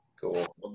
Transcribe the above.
Cool